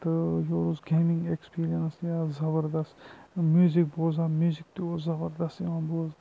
تہٕ یورِ اوس گیمِنٛگ ایٚکٕسپیٖریَنٕس تہِ زَبردست میوزِک بوزان میوزِک تہِ اوس زَبَردَست یِوان بوزنہٕ